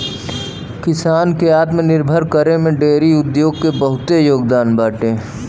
किसानन के आत्मनिर्भर करे में डेयरी उद्योग के बहुते योगदान बाटे